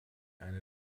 eine